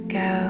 go